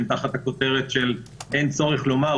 שהן תחת הכותרת של "אין צורך לומר",